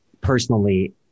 personally